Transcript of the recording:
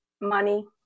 money